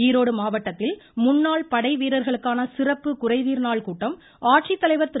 ஈரோடு மாவட்டத்தில் முன்னாள் படைவீரர்களுக்கான சிறப்பு குறைதீர் நாள் கூட்டம் ஆட்சித்தலைவர் திரு